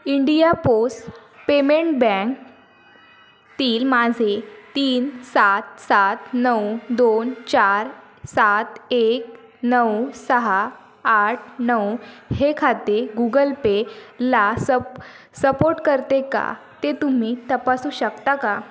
India post payment बँकेतील माझे तीन सात सात नऊ दोन चार सात एक नऊ सहा आठ नऊ हे खाते गुगल पेला सप सपोर्ट करते का ते तुम्ही तपासू शकता का